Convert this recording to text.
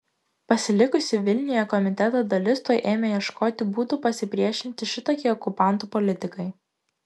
pasilikusi vilniuje komiteto dalis tuoj ėmė ieškoti būdų pasipriešinti šitokiai okupantų politikai